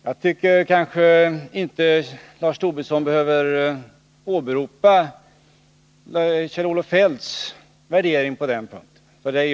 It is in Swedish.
Jag tycker kanske inte att Lars Tobisson behöver åberopa Kjell-Olof Feldts värdering på den punkten.